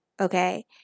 okay